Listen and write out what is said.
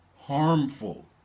harmful